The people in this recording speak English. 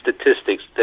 statistics